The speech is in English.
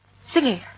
Singing